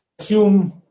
assume